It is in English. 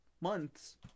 months